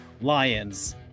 lions